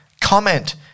comment